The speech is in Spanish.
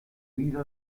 vida